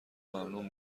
ممنون